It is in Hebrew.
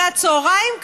אחרי הצוהריים,